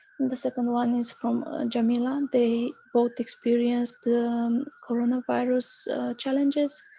and the second one is from jamila. they both experienced the um coronavirus challenges.